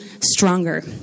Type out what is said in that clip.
stronger